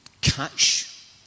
catch